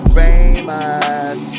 famous